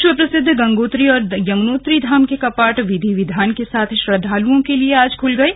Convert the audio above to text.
विश्व प्रसिद्ध गंगोत्री और यमुनोत्री धाम के कपाट विधि विधान के साथ श्रद्दालुओं के लिए आज खुल गये